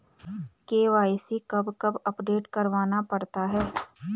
KYC कब कब update करवाना पड़ता है?